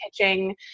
pitching